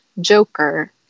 Joker